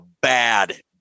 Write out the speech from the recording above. bad